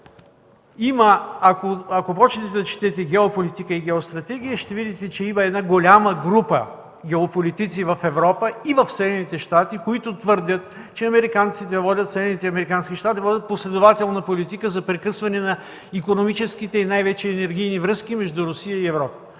Ако започнете да четете геополитика и геостратегия, ще видите, че има голяма група геополитици в Европа и в Съединените щати, които твърдят, че Съединените американски щати водят последователна политика за прекъсване на икономическите и най-вече енергийни връзки между Русия и Европа.